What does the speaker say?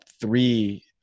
three